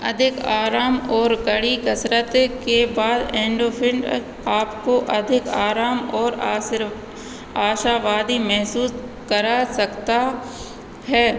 अधिक आराम और कड़ी कसरत के बाद एंडोफ़िन आपको अधिक आराम और आशावादी महसूस करा सकता है